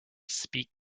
speak